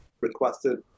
requested